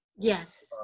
Yes